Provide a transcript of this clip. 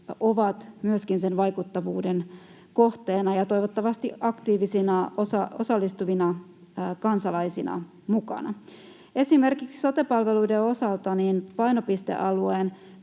ovat sen vaikuttavuuden kohteena ja toivottavasti aktiivisina, osallistuvina kansalaisina mukana. Esimerkiksi sote-palveluiden osalta painopistealueen